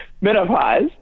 menopause